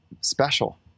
special